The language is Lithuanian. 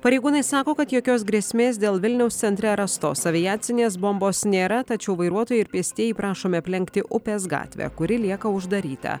pareigūnai sako kad jokios grėsmės dėl vilniaus centre rastos aviacinės bombos nėra tačiau vairuotojai ir pėstieji prašomi aplenkti upės gatvę kuri lieka uždaryta